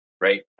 right